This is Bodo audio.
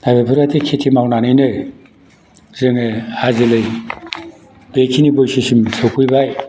दा बेफोरबायदि खिति मावनानैनो जोङो बेखिनि बैसोसिम सफैबाय